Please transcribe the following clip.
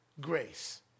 grace